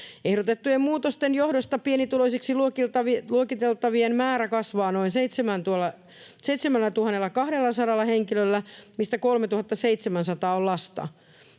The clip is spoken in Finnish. Ehdotettujen muutosten johdosta pienituloisiksi luokiteltavien määrä kasvaa noin 7 200 henkilöllä, mistä 3 700 on lapsia.